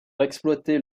exploiter